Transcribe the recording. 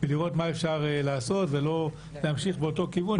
ולראות מה אפשר לעשות, ולא להמשיך באותו כיוון.